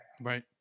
Right